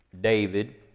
David